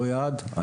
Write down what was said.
יעד,